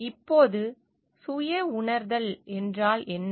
இப்போது சுய உணர்தல் என்றால் என்ன